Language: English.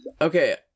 okay